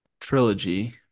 trilogy